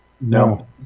no